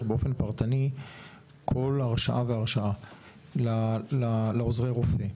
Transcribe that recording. באופן פרטני כל הרשאה והרשאה לעוזרי רופא.